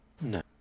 No